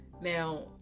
now